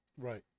Right